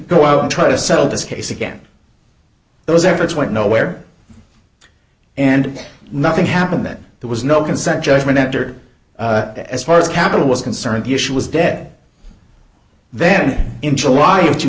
go out and try to settle this case again those efforts went nowhere and nothing happened that there was no consent judgment entered as far as capital was concerned the issue was dead then in july of two